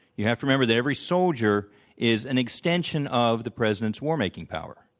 you have to remember that every soldier is an extension of the president's war-making power.